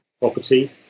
property